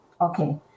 Okay